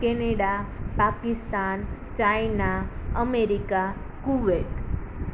Canada Pakistan China America Kuwait